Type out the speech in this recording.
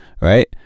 Right